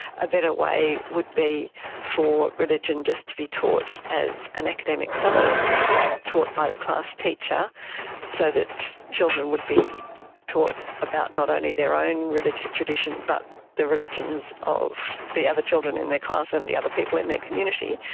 a better way would be for religion just to be taught as an academic subject taught by the class teacher, so that children would be taught about not only their own religious tradition but the religions of the other children in their class and the other people in their community.